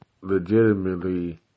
legitimately